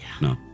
No